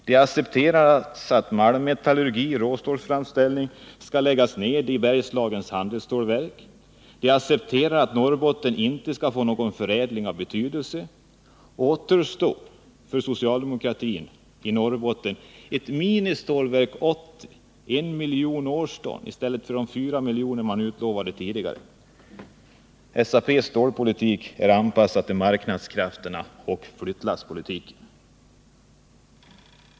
De accepterar att malmmetallurgi — råstålsframställning — skall läggas ned i Bergslagens handelsstålverk. De accepterar att Norrbotten inte skall få någon förädling av betydelse. Återstår för socialdemokratin i Norrbotten ett ”Ministålverk 80”, för I miljon årston i stället för 4 miljoner som man lovade tidigare. SAP:s stålpolitik är anpassad till marknadskrafterna och flyttlasspolitiken.